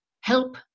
help